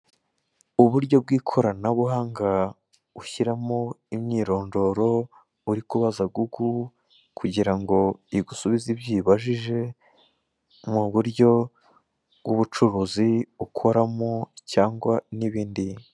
Uburyo bw'ikoranabuhanga ushyiramo imyirondoro uri kubaza gugu kugira ngo igusubize ibyo uyibajije mu buryo bw'ubucuruzi ukoramo cyangwa n'ibindi.